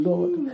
Lord